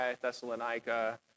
Thessalonica